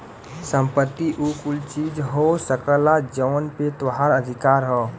संपत्ति उ कुल चीज हो सकला जौन पे तोहार अधिकार हौ